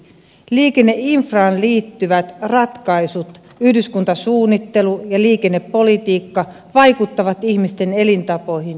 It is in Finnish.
liikenneinfraan liittyvät ratkaisut yhdyskuntasuunnittelu ja liikennepolitiikka vaikuttavat ihmisten elintapoihin ja hyvinvointiin